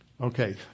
Okay